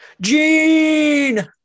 Gene